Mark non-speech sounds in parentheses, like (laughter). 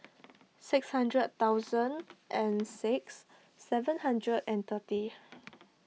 six hundred thousand and six seven hundred and thirty (noise)